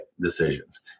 decisions